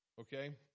okay